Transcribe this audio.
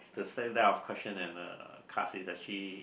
the same type of question in the cards is actually